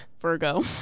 Virgo